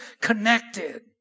connected